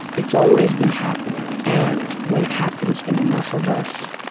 it's always been happening, and when it happens in enough of us,